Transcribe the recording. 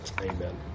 amen